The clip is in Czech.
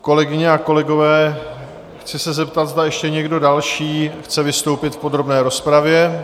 Kolegyně a kolegové, chci se zeptat, zda ještě někdo další chce vystoupit v podrobné rozpravě?